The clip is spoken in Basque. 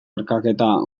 erkaketa